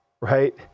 right